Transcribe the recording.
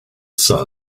sun